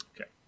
Okay